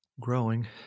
growing